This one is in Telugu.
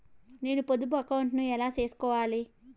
నేను పొదుపు అకౌంటు ను ఎలా సేసుకోవాలి?